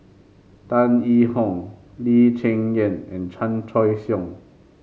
Tan Yee Hong Lee Cheng Yan and Chan Choy Siong